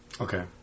Okay